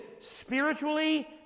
spiritually